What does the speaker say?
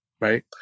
right